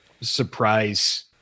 surprise